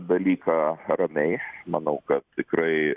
dalyką ramiai manau kad tikrai